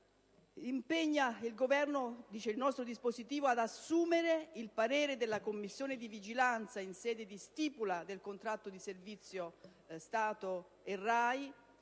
Il dispositivo impegna il Governo ad assumere il parere della Commissione di vigilanza in sede di stipula del Contratto di servizio tra Stato e RAI,